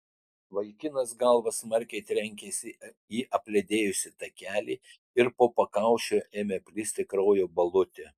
vaikinas galva smarkiai trenkėsi į apledėjusį takelį ir po pakaušiu ėmė plisti kraujo balutė